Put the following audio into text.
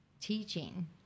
teaching